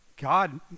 God